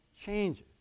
changes